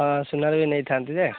ହଁ ସୁନାରୁ ବି ନେଇଥାନ୍ତି ଯେ